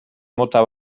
mota